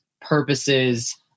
purposes